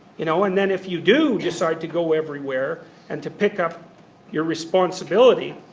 you know and then if you do decide to go everywhere and to pick up your responsibility,